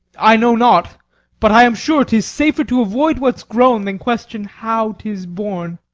i know not but i am sure tis safer to avoid what's grown than question how tis born.